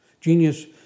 Genius